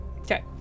Okay